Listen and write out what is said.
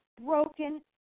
broken